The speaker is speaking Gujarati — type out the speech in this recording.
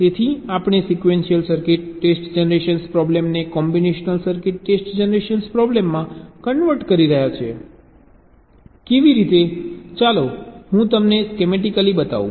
તેથી આપણે સિક્વેન્શિયલ સર્કિટ ટેસ્ટ જનરેશન પ્રોબ્લેમને કોમ્બિનેશનલ સર્કિટ ટેસ્ટ જનરેશન પ્રોબ્લેમમાં કન્વર્ટ કરી રહ્યા છીએ કેવી રીતે ચાલો હું તમને સ્કીમેટિકલી બતાવું